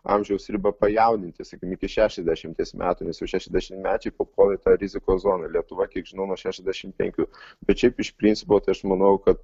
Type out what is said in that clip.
amžiaus ribą pajauninti sakykim iki šešiasdešimties metų nes jau šešiasdešimtmečiai papuola į tą rizikos zoną lietuva kiek žinau nuo šešiasdešimt penkių bet šiaip iš principo tai aš manau kad